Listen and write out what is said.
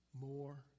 more